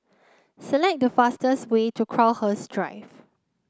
select the fastest way to Crowhurst Drive